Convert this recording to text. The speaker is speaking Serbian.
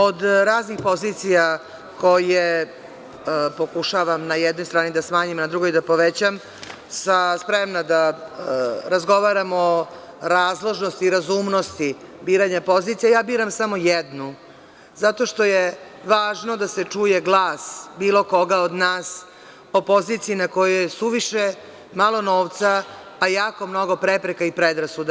Od raznih pozicija koje pokušavam na jednoj strani da smanjim, a na drugoj da povećam, sam spremna da razgovaramo o razložnosti i razumnosti biranja pozicije, ja biram samo jednu, zato što je važno da se čuje glas bilo koga od nas po poziciji na kojoj je suviše malo novca, a jako mnogo prepreka i predrasuda.